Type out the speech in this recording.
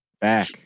back